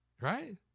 right